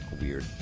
weird